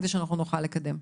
כדי שאנחנו נוכל לקדם.